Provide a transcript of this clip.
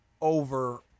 over